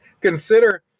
Consider